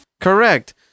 correct